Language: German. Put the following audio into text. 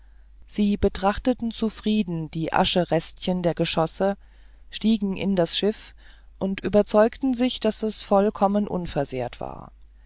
sie betrachteten zufrieden die aschenrestchen der geschosse stiegen in das schiff und überzeugten sich daß es vollkommen unversehrt war